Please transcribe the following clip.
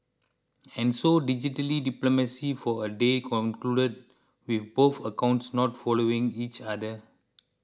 and so digitally diplomacy for a day concluded with both accounts not following each other